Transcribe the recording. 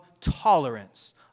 tolerance